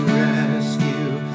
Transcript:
rescue